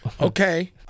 okay